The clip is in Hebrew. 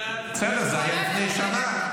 --- בסדר, זה היה לפני שנה.